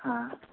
हाँ